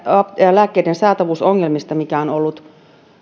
lääkkeiden saatavuusongelmista joita on ollut